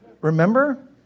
Remember